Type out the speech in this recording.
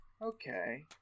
Okay